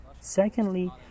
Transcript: Secondly